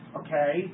okay